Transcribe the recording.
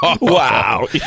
Wow